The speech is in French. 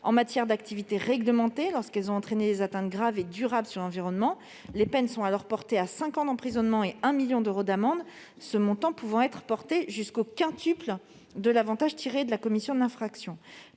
en matière d'activité réglementée, lorsqu'elles ont entraîné des atteintes graves et durables à l'environnement. Les peines sont alors portées à cinq ans d'emprisonnement et 1 million d'euros d'amende, ce montant pouvant être porté jusqu'au quintuple de l'avantage tiré de la commission de l'infraction.